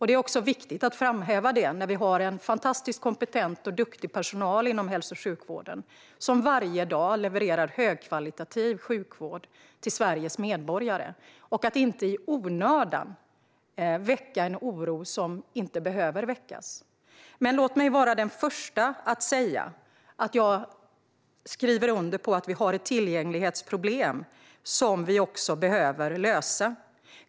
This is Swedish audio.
Det är viktigt att framhäva det när vi har en fantastiskt kompetent och duktig personal inom hälso och sjukvården som varje dag levererar högkvalitativ sjukvård till Sveriges medborgare så att vi inte i onödan väcker en oro som inte behöver väckas. Men låt mig vara den första att säga att jag skriver under på att vi har ett tillgänglighetsproblem som vi behöver lösa.